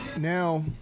now